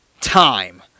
time